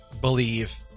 believe